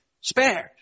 spared